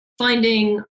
Finding